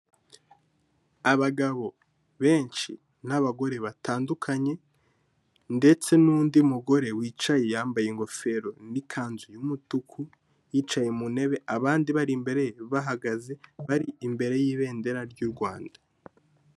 Abagabo benshi n'abagore batandukanye ndetse n'undi mugore wicaye yambaye ingofero n'ikanzu y'umutuku yicaye mu ntebe, abandi bari imbere ye bahagaze, bari imbere y'ibendera ry'u Rwanda.